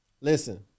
Listen